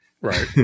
Right